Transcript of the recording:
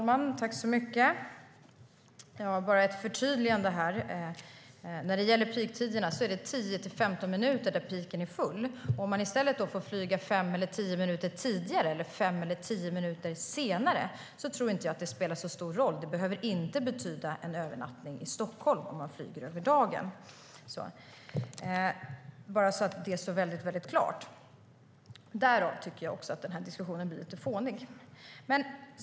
Fru talman! Jag har ett förtydligande när det gäller peaktiderna. Det är 10-15 minuter då peaken är full. Om man i stället får flyga fem eller tio minuter tidigare eller senare tror jag inte att det spelar så stor roll. Detta behöver inte betyda en övernattning i Stockholm om man flyger över dagen. Jag vill att det ska stå väldigt klart. Därav tycker jag att den här diskussionen blir lite fånig.